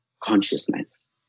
consciousness